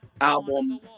album